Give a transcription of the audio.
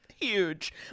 huge